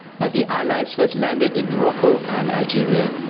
but the allies first landed in morocco and algeria.